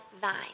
vine